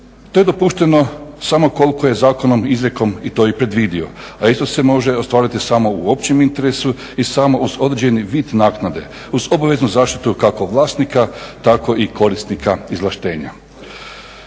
To je dopušteno samo ukolko je zakonom izrijekom to i predvidio, a isto se može ostvariti samo u općem interesu i samo uz određeni vid naknade uz obaveznu zaštitu kako vlasnika tako i korisnika izvlaštenja.